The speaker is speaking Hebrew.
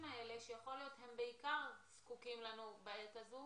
האלה שבעיקר זקוקים לנו בעת הזאת